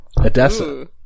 Odessa